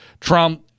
Trump